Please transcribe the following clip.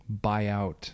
buyout